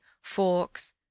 forks